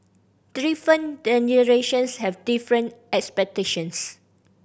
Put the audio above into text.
different generations have different expectations